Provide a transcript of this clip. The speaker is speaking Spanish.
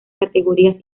categorías